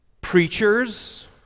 preachers